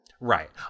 right